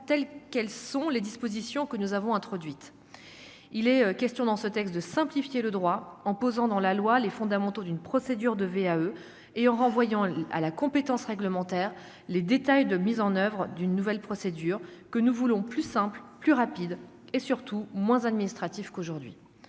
telles quelles sont les dispositions que nous avons introduites, il est question dans ce texte de simplifier le droit en posant dans la loi les fondamentaux d'une procédure de VAE et en renvoyant à la compétence réglementaire, les détails de mise en oeuvre d'une nouvelle procédure que nous voulons plus simple, plus rapide et surtout moins administratif qu'aujourd'hui